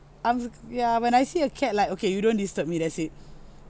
um ya when I see a cat like okay you don't disturb me that's it